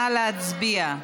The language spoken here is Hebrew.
נא להצביע.